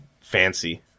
Fancy